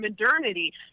modernity